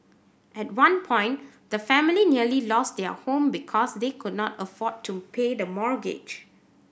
at one point the family nearly lost their home because they could not afford to pay the mortgage